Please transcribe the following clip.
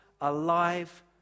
alive